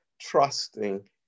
trusting